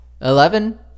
Eleven